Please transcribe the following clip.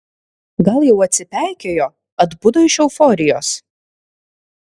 gal jau atsipeikėjo atbudo iš euforijos